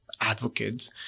advocates